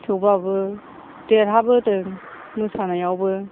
थेवब्लाबो देरहाबोदों मोसानायावबो